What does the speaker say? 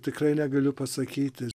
tikrai negaliu pasakyti